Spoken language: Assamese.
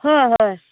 হয় হয়